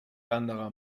anderer